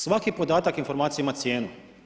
Svaki podatak informacije ima cijenu.